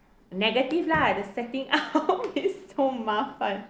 negative lah the setting always so mafan